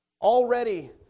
Already